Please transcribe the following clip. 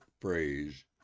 phrase